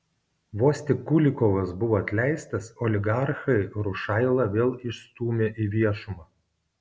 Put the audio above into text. vos tik kulikovas buvo atleistas oligarchai rušailą vėl išstūmė į viešumą